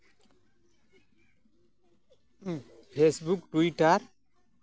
ᱦᱮᱸ Facebook Twitter